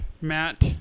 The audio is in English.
Matt